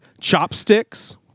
Chopsticks